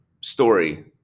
story